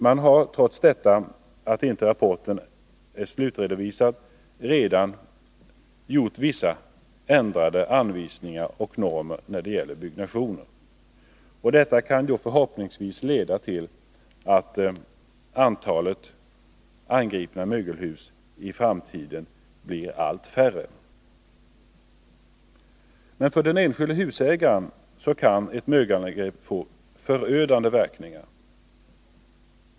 Man har trots att rapporten inte har slutredovisats gjort vissa ändringar i anvisningar och normer för byggnadsverksamheten. Förhoppningsvis skall detta leda till att man kan förvänta sig allt färre mögelhus i framtiden. Men för den enskilde husägaren kan ett mögelangrepp få förödande verkningar.